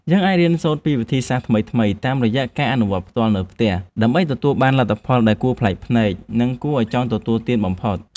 យើងអាចរៀនសូត្រពីវិធីសាស្ត្រថ្មីៗតាមរយៈការអនុវត្តផ្ទាល់នៅផ្ទះដើម្បីទទួលបានលទ្ធផលដែលគួរប្លែកភ្នែក និងគួរឱ្យចង់ទទួលទានបំផុត។